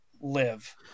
live